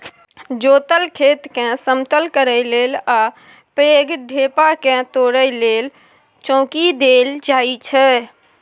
जोतल खेतकेँ समतल करय लेल आ पैघ ढेपाकेँ तोरय लेल चौंकी देल जाइ छै